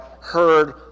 heard